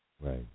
Right